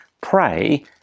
pray